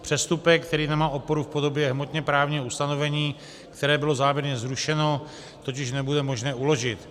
Přestupek, který nemá oporu v podobně hmotněprávního ustanovení, které bylo záměrně zrušeno, totiž nebude možné uložit.